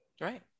Right